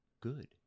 good